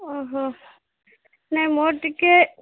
ଓହୋ ନାଇଁ ମୋର ଟିକେ